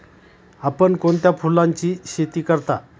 आपण कोणत्या फुलांची शेती करता?